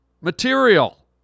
material